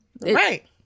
Right